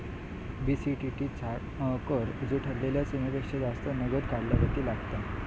BCTT तो कर हा जो ठरलेल्या सीमेपेक्षा जास्त नगद काढल्यार लागता